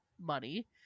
money